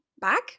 back